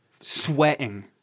sweating